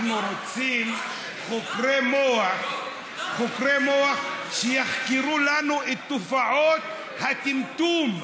אנחנו רוצים חוקרי מוח שיחקרו לנו את תופעות הטמטום,